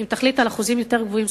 ואם תחליט על אחוזים יותר גבוהים,